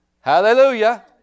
Hallelujah